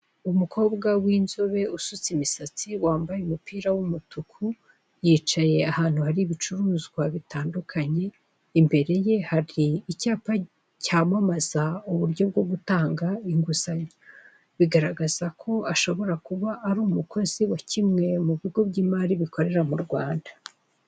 Umukobwa w'inzobe usutse imisatsi wambaye umupira w'umutuku, yicaye ahantu hari ibicuruzwa bitandukanye imbere ye hari icyapa cyamamaza uburyo bwo gutanga inguzanyo, bigaragaza ko ashobora kuba ari umukozi wa kimwe mu bigo by'imari bikorera mu Rwanda.